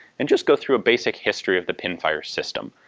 and just go through a basic history of the pinfire system.